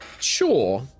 sure